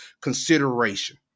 consideration